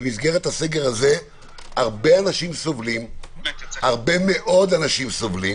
במסגרתו הרבה מאוד אנשים סובלים,